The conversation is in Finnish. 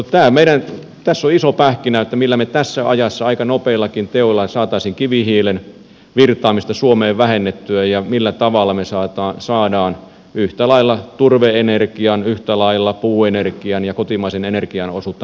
mutta tässä on iso pähkinä että millä me tässä ajassa aika nopeillakin teoilla saisimme kivihiilen virtaamista suomeen vähennettyä ja millä tavalla me saisimme yhtä lailla turve energian yhtä lailla puuenergian ja kotimaisen energian osuutta nostettua